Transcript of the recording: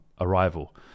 arrival